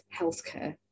healthcare